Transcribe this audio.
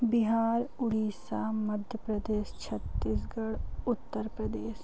Bihar Orissa Madhya Pradesh Chhattisgarh Uttar Pradesh